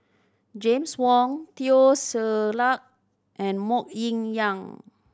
James Wong Teo Ser Luck and Mok Ying Jang